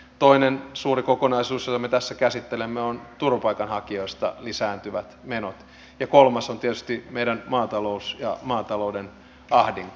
toinen suuri kokonaisuus jota me tässä käsittelemme on turvapaikanhakijoista lisääntyvät menot ja kolmas on tietysti meidän maatalous ja maatalouden ahdinko